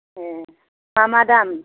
ए मा मा दाम